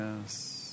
Yes